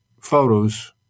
photos